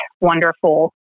wonderful